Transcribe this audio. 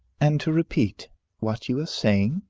and to repeat what you were saying.